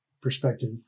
perspective